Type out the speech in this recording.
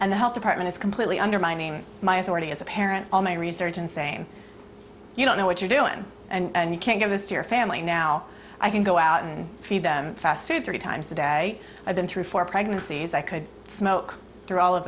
and the health department is completely undermining my authority as a parent all my research and same you don't know what you're doing and you can give us your family now i can go out and feed them fast food three times a day i've been through four pregnancies i could smoke through all of